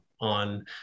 on